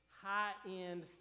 high-end